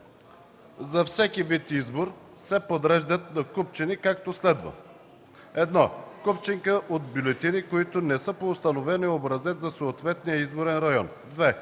за всеки вид избор се подреждат на купчинки, както следва: 1. купчинка от бюлетини, които не са по установения образец за съответния изборен район; 2.